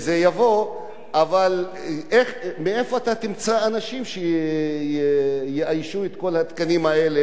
אבל איפה אתה תמצא אנשים שיאיישו את כל התקנים האלה שדיברו עליהם?